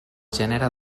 gènere